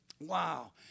Wow